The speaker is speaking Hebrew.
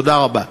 תודה רבה.